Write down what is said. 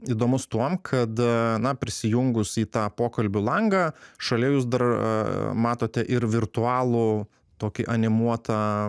įdomus tuom kad na prisijungus į tą pokalbių langą šalia jūs dar matote ir virtualų tokį animuotą